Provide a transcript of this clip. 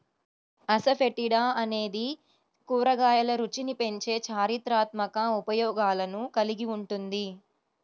asafoetida అనేది కూరగాయల రుచిని పెంచే చారిత్రాత్మక ఉపయోగాలను కలిగి ఉంటుంది